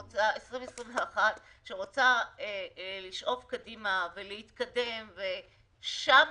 2021, שרוצה לשאוף קדימה ולהתקדם, שם